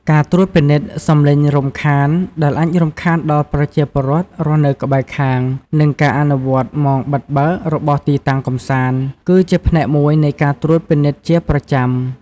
ការត្រួតពិនិត្យ សំឡេងរំខាន ដែលអាចរំខានដល់ប្រជាពលរដ្ឋរស់នៅក្បែរខាង និងការអនុវត្ត ម៉ោងបិទបើក របស់ទីតាំងកម្សាន្ត គឺជាផ្នែកមួយនៃការត្រួតពិនិត្យជាប្រចាំ។